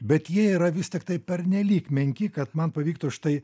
bet jie yra vis tiktai pernelyg menki kad man pavyktų štai